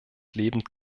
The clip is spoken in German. lebend